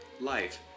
life